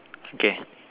okay